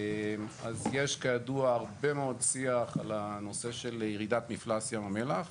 יש כידוע הרבה מאוד שיח על הנושא של ירידת מפלס ים המלח.